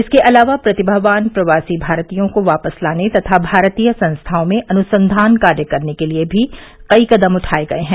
इसके अलावा प्रतिभावान प्रवासी भारतीयों को वापस लाने तथा भारतीय संस्थाओं में अनुसंधान कार्य करने के लिए भी कई कदम उठाये गये हैं